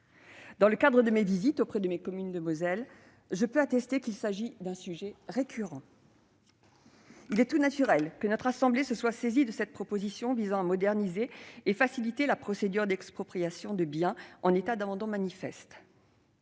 À la suite de mes visites dans les communes de Moselle, je peux attester qu'il s'agit d'un sujet récurrent. Il est tout naturel que notre assemblée se soit saisie de cette proposition de loi visant à moderniser et faciliter la procédure d'expropriation de biens en état d'abandon manifeste.